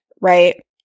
right